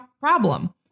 problem